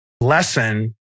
lesson